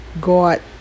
God